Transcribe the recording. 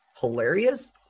hilarious